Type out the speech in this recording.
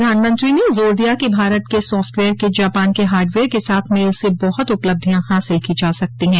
प्रधानमंत्री ने जोर दिया कि भारत के सॉफ्टवेयर के जापान के हार्डवेयर के साथ मेल से बहुत उपलब्धियां हासिल की जा सकती हैं